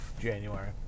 January